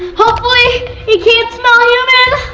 hopefully it can't smell human!